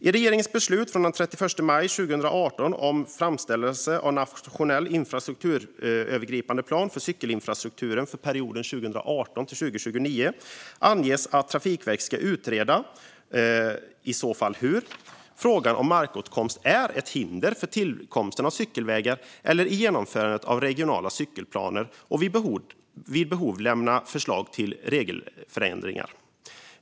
I regeringens beslut från den 31 maj 2018 om fastställande av den nationella trafikslagsövergripande planen för transportinfrastrukturen för perioden 2018-2029 anges att Trafikverket ska utreda om, och i så fall hur, frågan om markåtkomst är ett hinder för tillkomsten av cykelvägar eller vid genomförandet av regionala cykelplaner och vid behov lämna förslag till regeländringar.